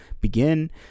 begin